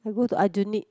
I go to Aljunied